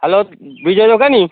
hello Vijay ଦୋକାନୀ